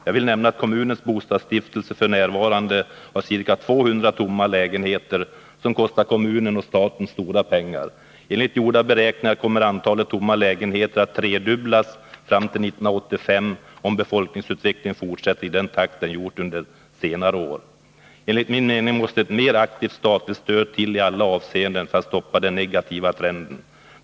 Jag vill nämna att kommunens bostadsstiftelse f. n. har ca 200 tomma lägenheter som kostar kommunen och staten stora pengar. Enligt gjorda beräkningar kommer antalet tomma lägenheter att tredubblas fram till 1985, om befolkningsutvecklingen fortsätter som den gjort under senare år. Enligt min mening måste ett mer aktivt statligt stöd till, i alla avseenden, för att stoppa den negativa trenden.